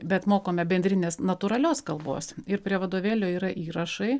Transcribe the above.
bet mokome bendrinės natūralios kalbos ir prie vadovėlio yra įrašai